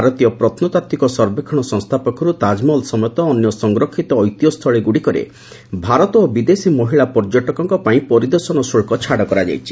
ଭାରତୀୟ ପ୍ରତ୍ନତାତ୍ତ୍ୱିକ ସର୍ବେକ୍ଷଣ ସଂସ୍ଥା ପକ୍ଷରୁ ତାଜମହଲ ସମେତ ଅନ୍ୟ ସଂରକ୍ଷିତ ଐତିହ୍ୟସ୍ଥଳୀ ଗୁଡିକରେ ଭାରତ ଓ ବିଦେଶୀ ମହିଳା ପର୍ଯ୍ୟଟକଙ୍କ ପାଇଁ ପରିବର୍ତ୍ତନ ଶୁଳ୍ପ ଛାଡ କରାଯାଇଛି